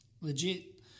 Legit